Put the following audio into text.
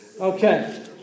Okay